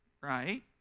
right